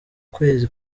kwezi